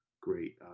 great